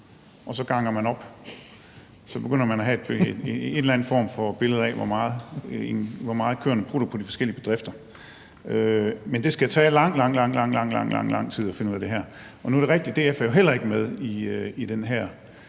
og så ganger man op, og så begynder man at have et eller andet billede af, hvor meget køerne prutter på de forskellige bedrifter. Men det skal altså tage lang, lang, lang tid at finde ud af det her. Og det er rigtigt, at DF heller ikke er med i den her